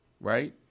Right